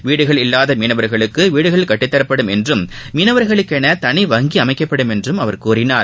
வீடுகள் இல்லாத மீனவர்களுக்கு வீடுகள் கட்டித் தரப்படும் என்றும் மீனவர்களுக்கென தனி வங்கி அமைக்கப்படும் என்றும் கூறினார்